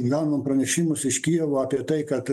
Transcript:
gaunam pranešimus iš kijevo apie tai kad